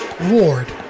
Ward